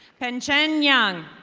pen chen yung.